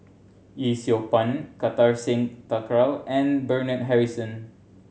Yee Siew Pun Kartar Singh Thakral and Bernard Harrison